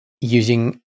using